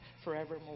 forevermore